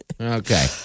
Okay